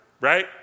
right